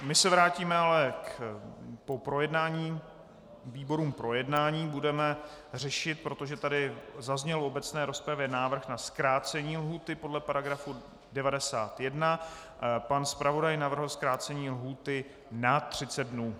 My se vrátíme ale po přikázání výborům k projednání budeme řešit, protože tady zazněl v obecné rozpravě návrh na zkrácení lhůty podle § 91, pan zpravodaj navrhl zkrácení lhůty na 30 dnů.